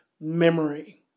memory